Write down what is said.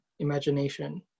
imagination